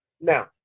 now